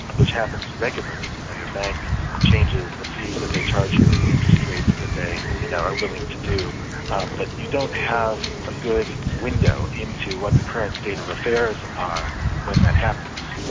which happens regularly, you know your bank changes the fees that they charge you and the interest rates that they you know are willing to do, but you don't have a good window into what the current state of affairs are when that happens.